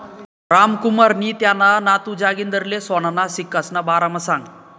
रामकुमारनी त्याना नातू जागिंदरले सोनाना सिक्कासना बारामा सांगं